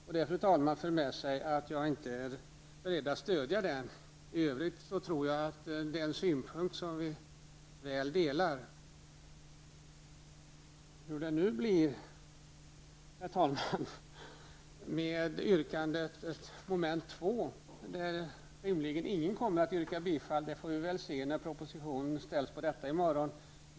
Det för, fru talman, med sig att jag inte är beredd att stödja den, även om jag för övrigt delar denna synpunkt. Hur det nu blir, fru talman, med yrkandet angående moment 2 vet jag inte. Rimligen kommer ingen att yrka bifall på den punkten, men vi får väl se hur det blir när propositioner ställs på detta i morgon.